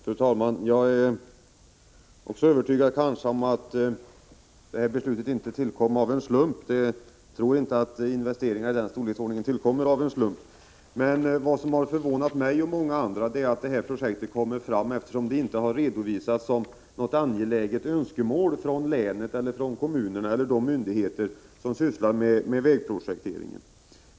Fru talman! Jag är också övertygad om att det här beslutet inte tillkom av en slump. Jag tror inte att investeringar i den storleksordningen tillkommer av en slump. Men vad som har förvånat mig och många andra är att just detta projekt förts fram, eftersom det inte har redovisats som något angeläget önskemål från länet eller från kommunerna eller från de myndigheter som sysslar med vägprojekteringen.